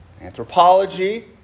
anthropology